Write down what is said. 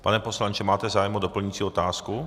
Pane poslanče, máte zájem o doplňující otázku?